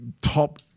top